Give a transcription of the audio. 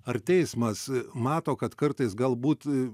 ar teismas mato kad kartais galbūt